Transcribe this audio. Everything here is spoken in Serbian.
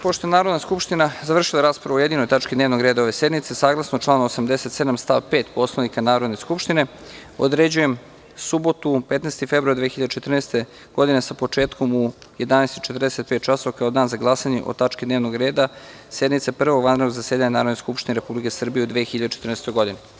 Pošto je Narodna skupština završila raspravu o jedinoj tački dnevnog reda ove sednice, saglasno članu 87. stav 5. Poslovnika Narodne skupštine, određujem subotu, 15. februar 2014. godine sa početkom u 11:45 časova kao dan za glasanje o tački dnevnog reda, sednice prvog vanrednog zasedanja Narodne skupštine Republike Srbije u 2014. godini.